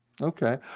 okay